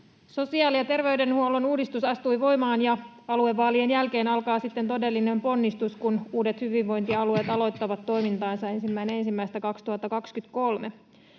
Sosiaali‑ ja terveydenhuollon uudistus astui voimaan, ja aluevaalien jälkeen alkaa sitten todellinen ponnistus, kun uudet hyvinvointialueet aloittavat toimintaansa 1.1.2023.